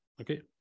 okay